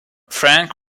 frank